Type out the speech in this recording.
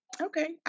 Okay